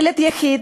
ילד יחיד,